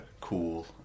cool